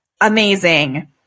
Amazing